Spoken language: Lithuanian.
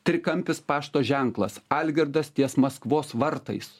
trikampis pašto ženklas algirdas ties maskvos vartais